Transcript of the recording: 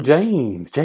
James